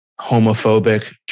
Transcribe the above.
homophobic